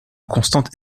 constante